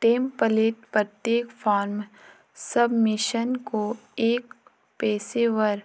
template प्रत्येक form submission को एक पेशेवर